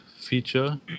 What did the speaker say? feature